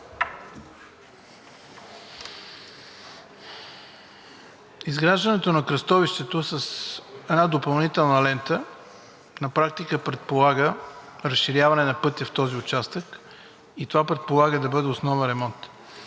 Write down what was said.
Изграждането на кръстовището с една допълнителна лента на практика предполага разширяване на пътя в този участък и това предполага да бъде основен ремонт.